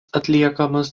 atliekamas